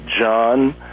John